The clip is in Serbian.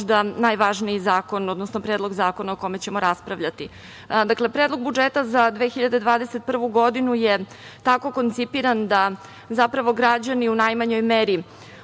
najvažniji zakon, odnosno Predlog zakona o kome ćemo raspravljati. Dakle, Predlog budžeta za 2021. godinu, je tako koncipiran da zapravo građani u najmanjoj meri